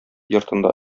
йортында